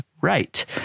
right